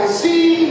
see